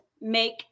make